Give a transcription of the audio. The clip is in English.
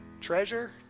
Treasure